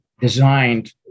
designed